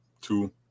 Two